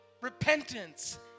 repentance